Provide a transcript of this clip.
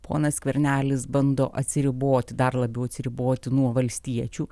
ponas skvernelis bando atsiriboti dar labiau atsiriboti nuo valstiečių